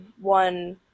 one